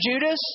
Judas